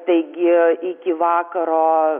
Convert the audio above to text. taigi iki vakaro